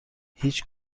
هیچ